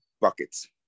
buckets